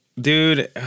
Dude